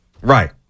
Right